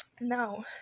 Now